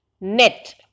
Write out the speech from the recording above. net